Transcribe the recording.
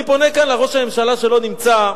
אני פונה כאן לראש הממשלה, שלא נמצא,